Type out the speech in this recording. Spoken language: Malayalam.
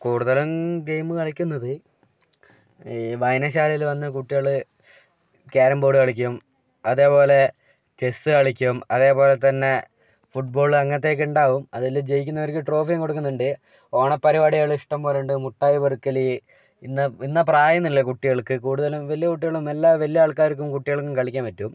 കൂടുതലും ഗെയിം കളിക്കുന്നത് ഈ വായനശാലയിൽ വന്നു കുട്ടികൾ കാരം ബോർഡ് കളിക്കും അതുപോലെ ചെസ്സ് കളിക്കും അതുപോലെതന്നെ ഫുട്ബോൾ അങ്ങനത്തെയൊക്കെ ഉണ്ടാവും അതിൽ ജയിക്കുന്നവർക്കു ട്രോഫിയും കൊടുക്കുന്നുണ്ട് ഓണപ്പരിപാടികൾ ഇഷ്ടംപോലെ ഉണ്ട് മിഠായി പെറുക്കൽ ഇന്ന ഇന്ന പ്രായം എന്നില്ല കുട്ടികൾക്ക് കൂടുതലും വലിയ കുട്ടികളും എല്ലാ വലിയ ആൾക്കാർക്കും കുട്ടികൾക്കും കളിക്കാൻ പറ്റും